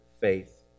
faith